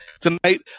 tonight